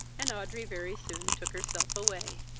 and audrey very soon took herself away.